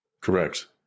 Correct